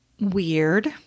weird